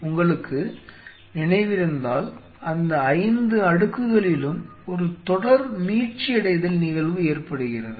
உங்களுக்கு நினைவிருந்தால் அந்த 5 அடுக்குகளிலும் ஒரு தொடர் மீட்சியடைதல் நிகழ்வு ஏற்படுகிறது